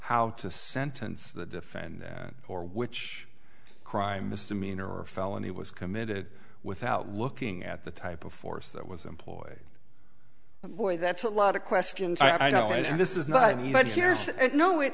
how to sentence the defend or which crime misdemeanor or felony was committed without looking at the type of force that was employed boy that's a lot of questions i know and this is not years and no it